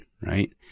right